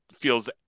feels